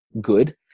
good